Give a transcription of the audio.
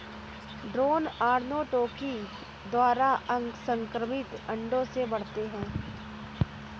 drone अर्नोटोकी द्वारा असंक्रमित अंडों से बढ़ते हैं